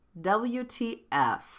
WTF